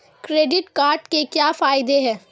Credit card के क्या फायदे हैं?